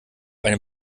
einem